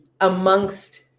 amongst